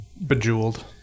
bejeweled